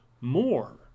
more